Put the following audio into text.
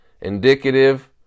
indicative